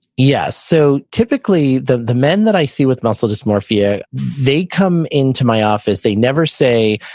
yes. so typically, the the men that i see with muscle dysmorphia, they come into my office. they never say,